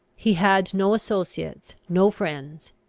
he had no associates, no friends.